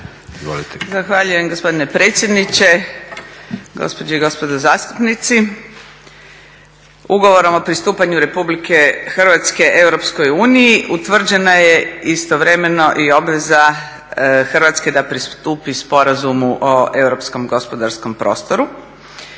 Zahvaljujem gospodine predsjedniče, gospođe i gospodo zastupnici. Ugovorom o pristupanju Republike Hrvatske EU utvrđena je istovremeno i obveza Hrvatske da pristupi Sporazumu o europskom gospodarskom prostoru.